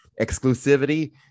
exclusivity